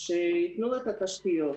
שיתנו לה את התשתיות.